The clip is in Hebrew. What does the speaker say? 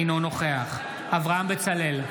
אינו נוכח אברהם בצלאל,